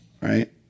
right